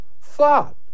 thought